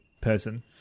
person